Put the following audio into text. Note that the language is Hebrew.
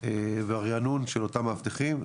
והריענון של אותם מאבטחים,